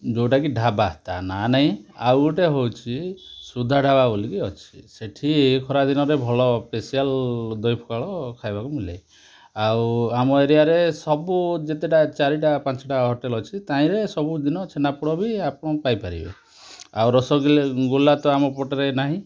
ଯେଉଁଟା କି ଢାବା ତା ନା ନାହିଁ ଆଉ ଗୋଟେ ହେଉଛି ସୁଧା ଢାବା ବୋଲିକି ଅଛି ସେଇଠି ଖରାଦିନରେ ପାଇଁ ଭଲ ସ୍ପେସିଆଲ ଦହି ପଖାଳ ଖାଇବାକୁ ମିଳେ ଆଉ ଆମ ଏରିଆ ରେ ସବୁ ଯେତେଟା ଚାରିଟା ପାଞ୍ଚଟା ହୋଟେଲ ଅଛି ତାହିଁରେ ସବୁଦିନ ଛେନାପୋଡ଼ ବି ଆପଣ ପାଇ ପାରିବେ ଆଉ ରସୋଗିଲା ଗୋଲା ତ ଆମ ପଟରେ ନାହିଁ